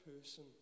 person